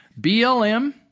BLM